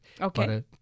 Okay